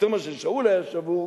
יותר מאשר שאול היה שבור,